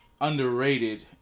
underrated